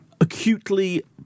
acutely